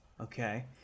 Okay